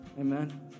Amen